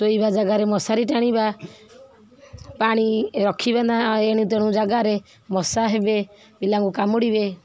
ଶୋଇବା ଜାଗାରେ ମଶାରୀ ଟାଣିବା ପାଣି ରଖିବା ନି ଏଣୁ ତେଣୁ ଜାଗାରେ ମଶା ହେବେ ପିଲାଙ୍କୁ କାମୁଡ଼ିବେ